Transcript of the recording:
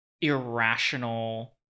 irrational